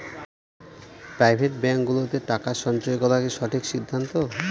Private ব্যাঙ্কগুলোতে টাকা সঞ্চয় করা কি সঠিক সিদ্ধান্ত?